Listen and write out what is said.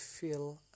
feel